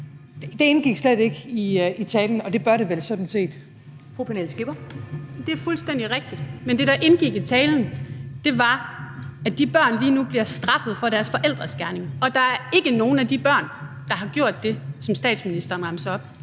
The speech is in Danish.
Pernille Skipper. Kl. 14:56 Pernille Skipper (EL): Det er fuldstændig rigtigt. Men det, der indgik i talen, var, at de børn lige nu bliver straffet for deres forældres gerninger, og der er ikke nogen af de børn, der har gjort det, som statsministeren remser op.